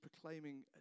proclaiming